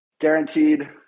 guaranteed